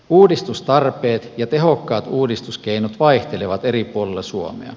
uudistustarpeet ja tehokkaat uudistuskeinot vaihtelevat eri puolilla suomea